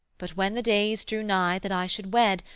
but when the days drew nigh that i should wed,